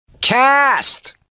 Cast